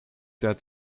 that